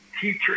teacher